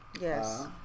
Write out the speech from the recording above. Yes